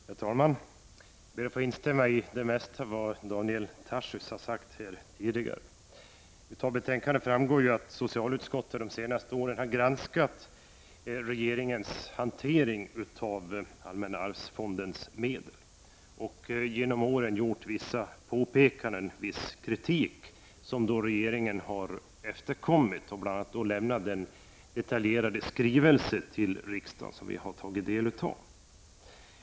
Herr talman! Jag ber att få instämma i det mesta som Daniel Tarschys har sagt här tidigare. Av betänkandet framgår att socialutskottet de senaste åren har granskat regeringens hantering av allmänna arvsfondens medel, gjort vissa påpekan den och kommit med viss kritik som regeringen har efterkommit. Regeringen har bl.a. lämnat den detaljerade skrivelse till riksdagen som vi har tagit del av.